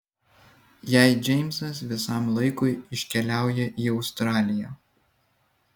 jei džeimsas visam laikui iškeliauja į australiją